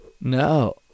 No